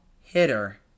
hitter